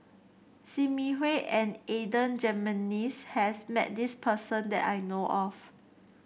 Sim Yi Hui and Adan Jimenez has met this person that I know of